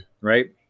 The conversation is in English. Right